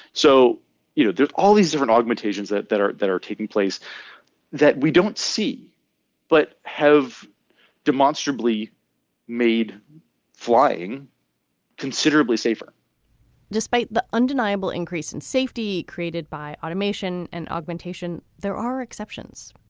so you know there's all these different augmentations that that are that are taking place that we don't see but have demonstrably made flying considerably safer despite the undeniable increase in safety created by automation and augmentation there are exceptions